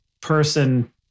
person